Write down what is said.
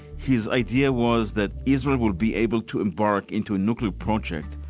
his idea was that israel would be able to embark into a nuclear project,